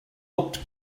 looked